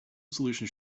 solutions